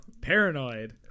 Paranoid